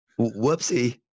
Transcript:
whoopsie